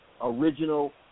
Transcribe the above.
original